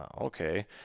okay